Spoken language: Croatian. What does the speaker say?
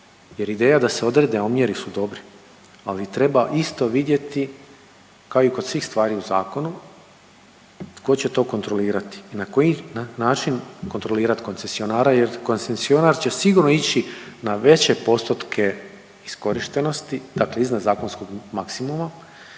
Jer ideja da se odrede omjeri su dobri, ali treba isto vidjeti kao i kod svih stvari u zakonu tko će to kontrolirati i na koji način kontrolirati koncesionara jer koncesionar će sigurno ići na veće postotke iskorištenosti. Dakle, iznad zakonskog maksimuma